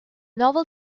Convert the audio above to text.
novel